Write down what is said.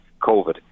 COVID